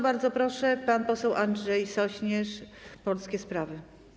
Bardzo proszę, pan poseł Andrzej Sośnierz, Polskie Sprawy.